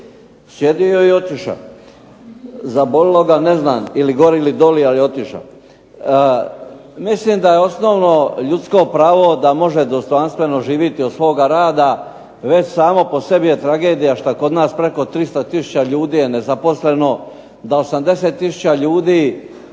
Sjedio je i otišao. Zabolilo ga ne znam ili gore ili doli, ali je otišao. Mislim da je osnovno ljudsko pravo da može dostojanstveno živjeti od svoga rada. Već po samo po sebi je tragedija što kod nas preko 300 tisuća ljudi je nezaposleno, da 80 tisuća ljudi